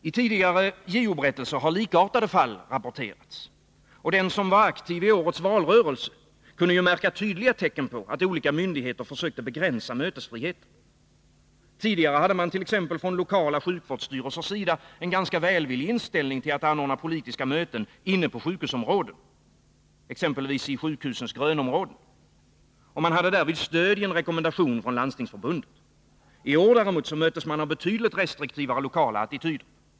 I tidigare JO-berättelser har likartade fall rapporterats. Den som var aktiv i årets valrörelse kunde märka tydliga tecken på att olika myndigheter försökte begränsa mötesfriheten. Tidigare hade t.ex. lokala sjukvårdsstyrelser en ganska välvillig inställning till att det anordnades politiska möten inne på sjukhusområden — exempelvis i sjukhusens grönområden — och hade därvid stöd i en rekommendation från Landstingsförbundet. I år möttes man av betydligt restriktivare lokala attityder.